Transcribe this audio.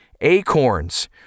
Acorns